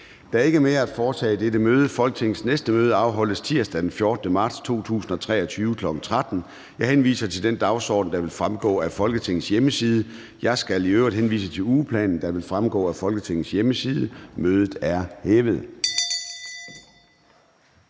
er ikke mere at foretage i dette møde. Folketingets næste møde afholdes tirsdag den 14. marts 2023, kl. 13.00. Jeg henviser til den dagsorden, der vil fremgå af Folketingets hjemmeside. Jeg skal øvrigt henvise til ugeplanen, der vil fremgå af Folketingets hjemmeside. Mødet er hævet.